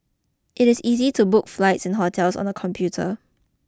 it is easy to book flights and hotels on the computer